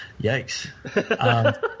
yikes